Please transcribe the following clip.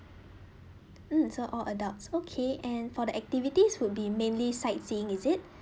mm so all adults okay and for the activities would be mainly sightseeing is it